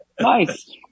Nice